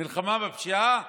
מלחמה בפשיעה?